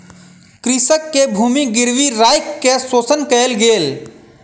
कृषक के भूमि गिरवी राइख के शोषण कयल गेल